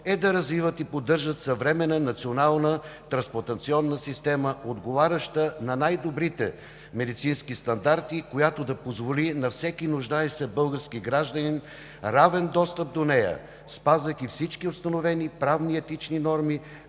е да развиват и поддържат съвременна национална трансплантационна система, отговаряща на най-добрите медицински стандарти, която да позволи на всеки нуждаещ се български гражданин равен достъп до нея, спазвайки всички установени правни и етични норми,